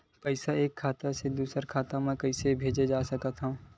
पईसा एक खाता से दुसर खाता मा कइसे कैसे भेज सकथव?